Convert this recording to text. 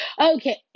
Okay